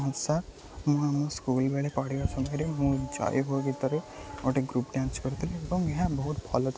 ହଁ ସାର୍ ମୁଁ ଆମ ସ୍କୁଲବେଳେ ପଢ଼ିବା ସମୟରେ ମୁଁ ଜୟହୋ ଗୀତରେ ଗୋଟେ ଗ୍ରୁପ୍ ଡ୍ୟାନ୍ସ କରିଥିଲି ଏବଂ ଏହା ବହୁତ ଭଲ ଥିଲା